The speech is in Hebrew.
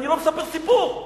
אני לא מספר סיפור.